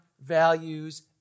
values